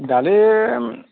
ডালিম